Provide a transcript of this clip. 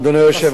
אדוני היושב-ראש,